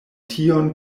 tion